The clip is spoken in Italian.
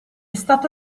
stato